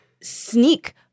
sneak